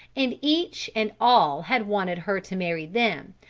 and each and all had wanted her to marry them,